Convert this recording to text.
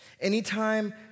Anytime